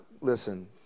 Listen